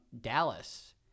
Dallas